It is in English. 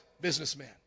Businessman